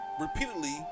repeatedly